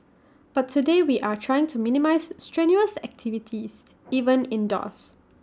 but today we are trying to minimise strenuous activities even indoors